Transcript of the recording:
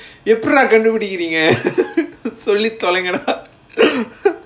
எப்புடிடா கண்டு புடிக்குறிங்க:eppudidaa kandu pudikuringa சொல்லி தொலைங்கடா:solli tholaingadaa